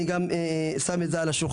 אני גם שם את זה על השולחן.